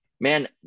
man